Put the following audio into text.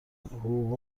حقوق